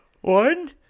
One